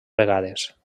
vegades